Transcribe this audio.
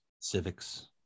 civics